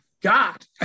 God